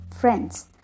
Friends